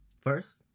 First